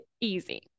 easy